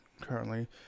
Currently